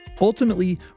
Ultimately